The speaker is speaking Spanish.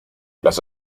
las